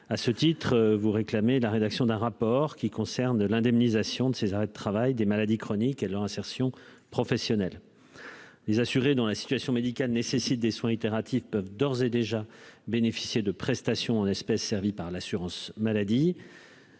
à ce titre, vous réclamez la rédaction d'un rapport qui concerne l'indemnisation de ces arrêts de travail, des maladies chroniques et leur insertion professionnelle, les assurés dans la situation médicale nécessite des soins itératif peuvent d'ores et déjà bénéficier de prestations en espèces servies par l'assurance-maladie.